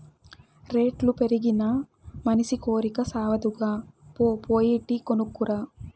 రేట్లు పెరిగినా మనసి కోరికి సావదుగా, పో పోయి టీ కొనుక్కు రా